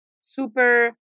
super